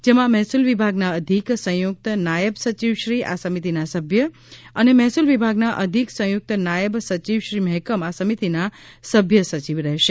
જેમાં મહેસૂલ વિભાગના અધિક સંયુક્ત નાયબ સચિવશ્રીતપાસ આ સમિતિના સભ્ય અને મહેસૂલ વિભાગના અધિક સંયુક્ત નાયબ સચિવશ્રીમહેકમ આ સમિતિના સભ્ય સચિવ રહેશે